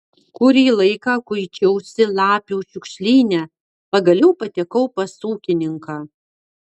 kurį laiką kuičiausi lapių šiukšlyne pagaliau patekau pas ūkininką